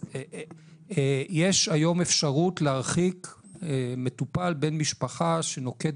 יש היום אפשרות להרחיק מטופל בן משפחה שנוקט